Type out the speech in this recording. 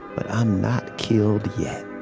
but i'm not killed yet.